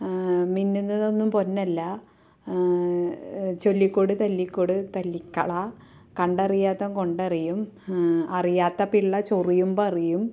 മിന്നുന്നതൊന്നും പൊന്നല്ല ചൊല്ലിക്കൊട് തല്ലിക്കൊട് തല്ലിക്കളാ കണ്ടറിയാത്തവൻ കൊണ്ടറിയും അറിയാത്ത പിള്ള ചൊറിയുമ്പറിയും